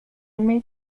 made